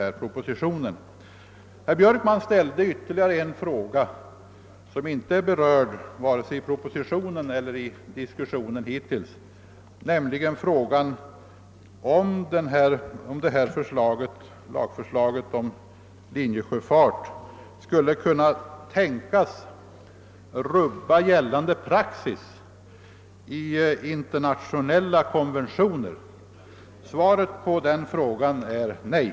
Slutligen ställde herr Björkman ytterligare en fråga, som inte berörts i vare sig propositionen eller i den diskussion som hittills förts, nämligen huruvida detta lagförslag om linjesjöfart på Gotland kan tänkas rubba gällande praxis i internationella konventioner. Svaret på den frågan är nej.